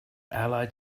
allied